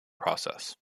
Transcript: process